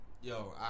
Yo